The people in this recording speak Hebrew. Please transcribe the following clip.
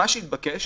מה שהתבקש